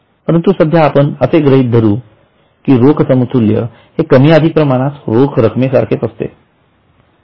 परंतु सध्या आपण असे गृहीत धरू कि रोख समतुल्य हे कमी अधिक प्रमाणात रोख रक्कमेसारखेच असते